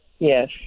Yes